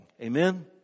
Amen